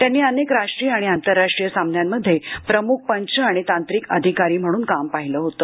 त्यांनी अनेक राष्ट्रीय आणि आंतरराष्ट्रीय सामन्यांमध्ये प्रमुख पंच आणि तांत्रिक अधिकारी म्हणून काम पाहिले होते